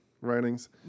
writings